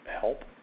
help